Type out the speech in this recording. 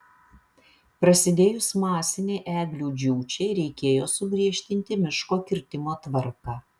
prasidėjus masinei eglių džiūčiai reikėjo sugriežtinti miško kirtimo tvarką